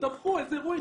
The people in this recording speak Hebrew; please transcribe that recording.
תדווחו על אירועים.